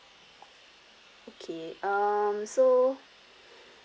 okay um so